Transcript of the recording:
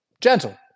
gentle